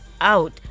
out